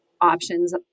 options